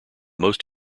most